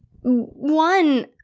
One